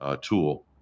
tool